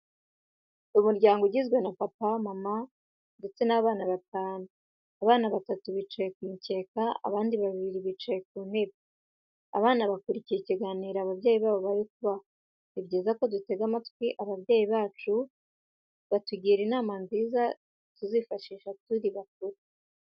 Umuryango ugizwe na papa, mama, ndetse n'abana batanu, abana batatu bicaye ku mukeka, abandi babiri bicaye ku ntebe. Abana bakurikiye ikiganiro ababyeyi babo bari kubaha. Ni byiza ko dutega amatwi ababyeyi bacu, kuko batugira inama nziza tuzifashisha turi bakuru.